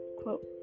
quote